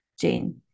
Jane